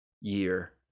year